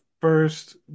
first